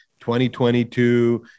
2022